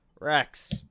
Rex